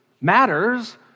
matters